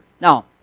Now